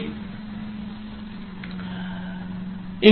मी तुम्हाला नेहमीच मार्ग दाखवू शकतो